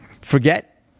forget